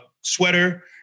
sweater